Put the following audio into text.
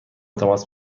تماس